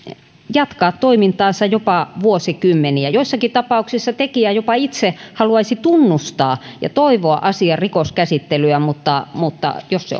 jatkaa toimintaansa jopa vuosikymmeniä joissakin tapauksissa tekijä jopa itse haluaisi tunnustaa ja toivoo asian rikoskäsittelyä mutta mutta jos se